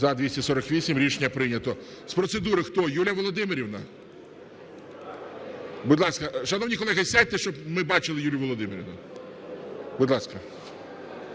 За-248 Рішення прийнято. З процедури хто? Юлія Володимирівна? Будь ласка, шановні колеги, сядьте, щоб ми бачили Юлію Володимирівну. Будь ласка.